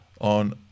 on